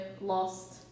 lost